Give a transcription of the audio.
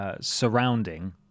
surrounding